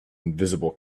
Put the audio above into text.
invisible